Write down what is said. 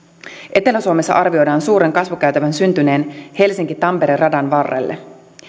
etelä suomessa arvioidaan suuren kasvukäytävän syntyneen helsinki tampere radan varrelle